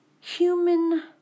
human